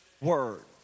word